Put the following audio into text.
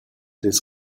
des